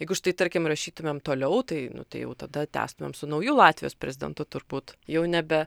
jeigu štai tarkim rašytumėm toliau tai nu tai jau tada tęstumėm su nauju latvijos prezidentu turbūt jau nebe